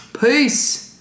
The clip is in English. Peace